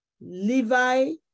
Levi